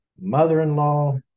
mother-in-law